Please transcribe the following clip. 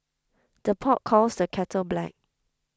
the pot calls the kettle black